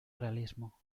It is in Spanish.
realismo